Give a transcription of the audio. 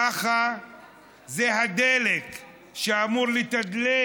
ככה זה הדלק שאמור לתדלק